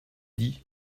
dit